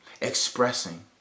Expressing